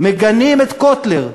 מגנים את קוטלר.